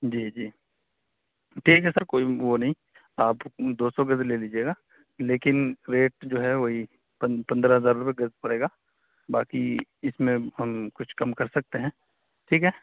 جی جی ٹھیک ہے سر کوئی وہ نہیں آپ دو سو گز لے لیجیے گا لیکن ریٹ جو ہے وہی پندرہ ہزار روپئے گز پڑے گا باقی اس میں ہم کچھ کم کر سکتے ہیں ٹھیک ہے